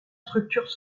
structures